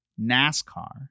NASCAR